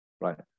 right